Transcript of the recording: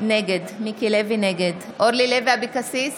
נגד אורלי לוי אבקסיס,